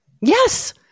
Yes